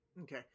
Okay